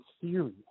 theory